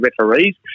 referees